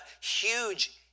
huge